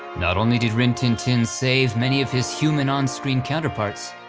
not only did rin tin tin save many of his human on-screen counterparts,